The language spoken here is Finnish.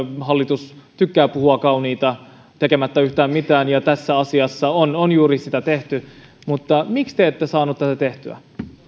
hallitus tykkää puhua kauniita tekemättä yhtään mitään ja tässä asiassa on on juuri sitä tehty mutta miksi te ette saaneet tätä tehtyä